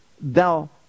thou